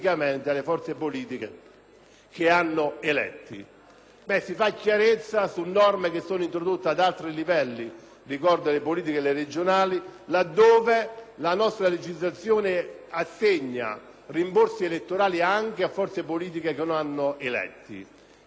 Si fa chiarezza su norme introdotte ad altri livelli. Ricordo le elezioni politiche e quelle regionali, laddove la nostra legislazione assegna rimborsi elettorali anche a forze politiche i cui candidati non risultano eletti. La questione di fondo è quella di chiarire se